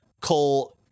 Cole